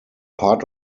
part